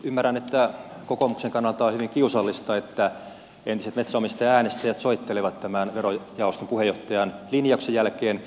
ymmärrän että kokoomuksen kannalta on hyvin kiusallista että entiset metsänomistajaäänestäjät soittelevat tämän verojaoston puheenjohtajan linjauksen jälkeen